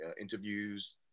interviews